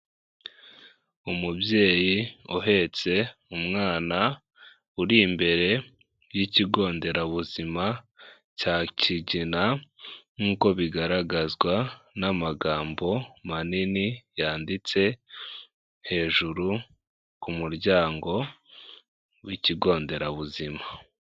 Umubyeyi uhetse umwana, uri imbere y'ikigo nderabuzima cya Kigina, nk'uko bigaragazwa n'amagambo manini yanditse hejuru ku muryango w'ikigo nderabuzima.